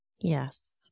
Yes